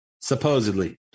Supposedly